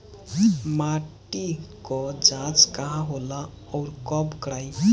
माटी क जांच कहाँ होला अउर कब कराई?